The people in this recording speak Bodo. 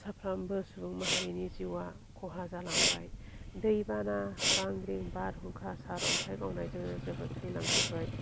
साफ्रामबो सुबुं माहारिनि जिवा खहा जालांबाय दै बाना बांग्रिं बारहुंखा सार अन्थाइ गावनायजोंनो जोबोर थैलांजोब्बाय